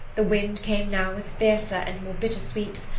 the wind came now with fiercer and more bitter sweeps,